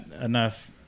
enough